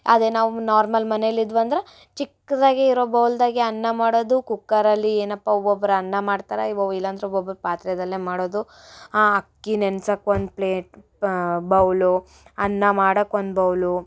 ಅದೇ ನಾವು ನಾರ್ಮಲ್ ಮನೆಯಲ್ಲಿದ್ವಂದ್ರೆ ಚಿಕ್ಕದಾಗಿ ಇರೋ ಬೌಲ್ದಾಗೆ ಅನ್ನ ಮಾಡೋದು ಕುಕ್ಕರಲ್ಲಿ ಏನಪ್ಪ ಒಬ್ಬೊಬ್ರು ಅನ್ನ ಮಾಡ್ತಾರ ಓ ಇಲ್ಲಾಂದ್ರೆ ಒಬ್ಬೊಬ್ಬರು ಪಾತ್ರೆಯಲ್ಲೇ ಮಾಡೋದು ಆ ಅಕ್ಕಿ ನೆನ್ಸಕ್ಕೆ ಒಂದು ಪ್ಲೇಟ್ ಬೌಲು ಅನ್ನ ಮಾಡಕ್ಕೆ ಒಂದು ಬೌಲು